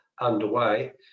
underway